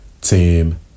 Team